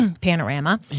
panorama